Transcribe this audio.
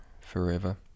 forever